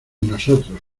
nosotros